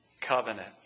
covenant